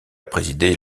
présidé